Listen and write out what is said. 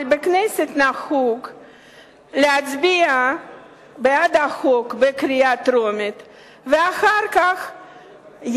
אבל בכנסת נהוג להצביע בעד החוק בקריאה טרומית ואחר כך,